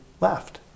left